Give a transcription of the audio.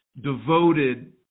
devoted